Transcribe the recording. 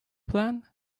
plan